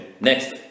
Next